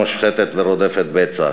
מושחתת ורודפת בצע.